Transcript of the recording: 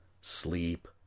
Sleep